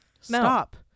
Stop